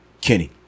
Kenny